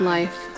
Life